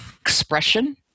expression